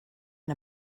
and